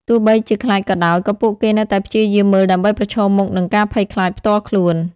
ទោះបីជាខ្លាចក៏ដោយ ក៏ពួកគេនៅតែព្យាយាមមើលដើម្បីប្រឈមមុខនឹងការភ័យខ្លាចផ្ទាល់ខ្លួន។